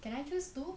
can I choose two